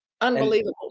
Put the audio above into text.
Unbelievable